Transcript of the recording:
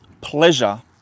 pleasure